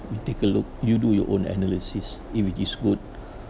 you take a look you do your own analysis if it is good